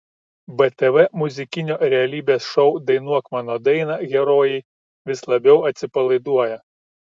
btv muzikinio realybės šou dainuok mano dainą herojai vis labiau atsipalaiduoja